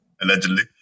Allegedly